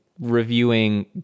reviewing